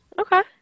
Okay